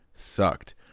Sucked